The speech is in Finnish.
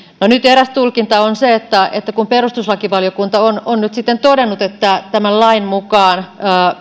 no eräs tulkinta on se että että kun perustuslakivaliokunta on on nyt sitten todennut että tämän lain mukaan